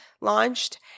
launched